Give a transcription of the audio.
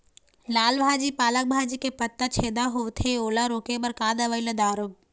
लाल भाजी पालक भाजी के पत्ता छेदा होवथे ओला रोके बर का दवई ला दारोब?